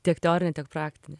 tiek teorinę tiek praktinę